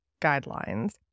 guidelines